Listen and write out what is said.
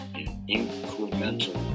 incremental